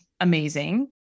amazing